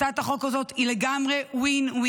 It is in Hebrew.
הצעת החוק הזאת היא לגמרי win-win,